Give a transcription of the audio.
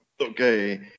okay